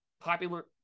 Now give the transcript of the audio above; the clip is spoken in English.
popular